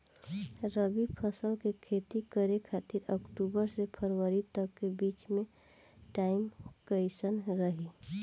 रबी फसल के खेती करे खातिर अक्तूबर से फरवरी तक के बीच मे टाइम कैसन रही?